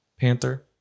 panther